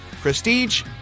prestige